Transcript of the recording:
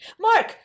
Mark